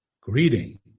greeting